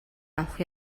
авах